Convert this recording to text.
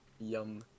Yum